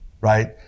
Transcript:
right